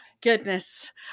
Goodness